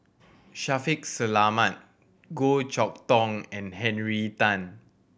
Shaffiq Selamat Goh Chok Tong and Henry Tan